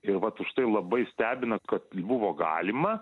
ir vat užtai labai stebina kad buvo galima